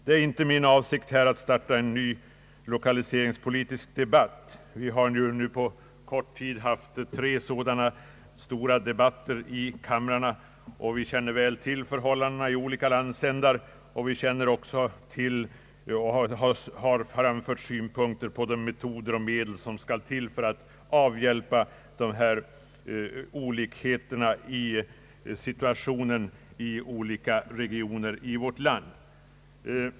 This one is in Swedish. Det är inte min avsikt att här starta en ny lokaliseringspolitisk debatt. Vi har nu på kort tid haft tre sådana stora debatter i kamrarna, och vi känner väl till förhållandena i olika landsändar. Vi har i de sammanhangen framfört synpunkter på metoder och medel som måste till för att avhjälpa de olikheter i sysselsättning som råder olika regioner emellan.